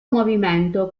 movimento